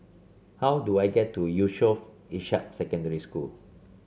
how do I get to Yusof Ishak Secondary School